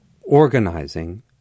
organizing